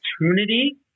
opportunity